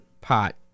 pot